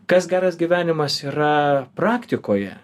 kas geras gyvenimas yra praktikoje